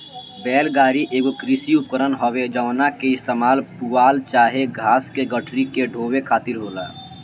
बैल गाड़ी एगो कृषि उपकरण हवे जवना के इस्तेमाल पुआल चाहे घास के गठरी के ढोवे खातिर होला